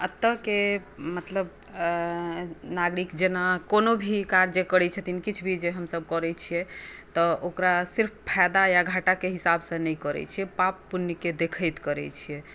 अतऽ केँ मतलब नागरिक जेना कोनो भी कार्य करै छथिन किछु भी जे हम सभ करै छियै तऽ ओकरा सिर्फ फायदा या घाटाकेंँ हिसाबसँ नहि करै छियै पाप पुण्यकेँ देखैत करै छियै